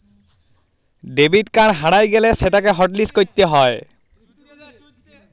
debit card হারাঁয় গ্যালে সেটকে হটলিস্ট ক্যইরতে হ্যয়